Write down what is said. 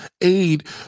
aid